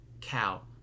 Cow